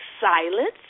silence